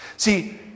See